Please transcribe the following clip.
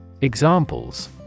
Examples